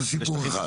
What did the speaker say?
זה סיפור אחד.